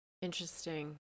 Interesting